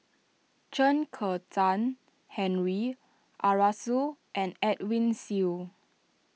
Chen Kezhan Henri Arasu and Edwin Siew